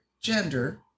gender